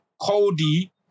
Cody